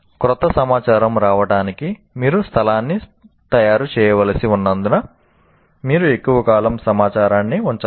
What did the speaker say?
క్రొత్త సమాచారం రావడానికి మీరు స్థలాన్ని తయారు చేయవలసి ఉన్నందున మీరు ఎక్కువ కాలం సమాచారాన్ని ఉంచలేరు